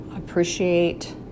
Appreciate